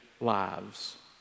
lives